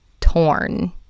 torn